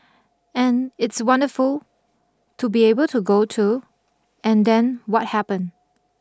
and it's wonderful to be able to go to and then what happened